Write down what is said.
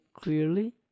clearly